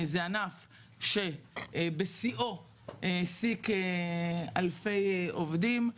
זה ענף שבשיאו העסיק אלפי עובדים,